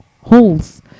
holes